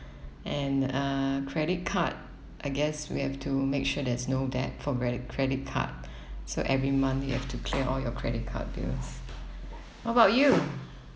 and uh credit card I guess we have to make sure there's no debt for credit credit card so every month you have to clear all your credit card bills what about you